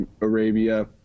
Arabia